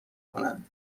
کنند